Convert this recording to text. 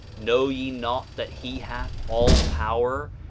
know ye not that he hath all power,